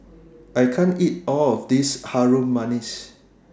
I can't eat All of This Harum Manis